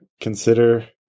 consider